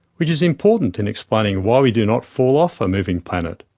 which is important in explaining why we do not fall off a moving planet.